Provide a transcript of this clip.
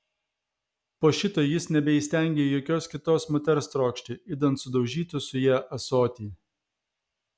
po šito jis nebeįstengė jokios kitos moters trokšti idant sudaužytų su ja ąsotį